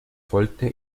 folgte